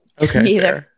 Okay